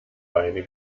beine